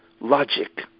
logic